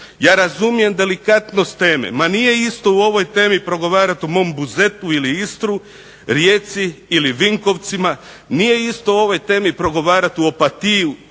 Ja razumijem delikatnost teme, ma nije isto o ovoj temi progovarati u mom Buzetu ili Istri, Rijeci ili Vinkovcima, nije isto o ovoj temi progovarati u Opatiji